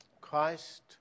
Christ